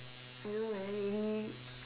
I know very heavy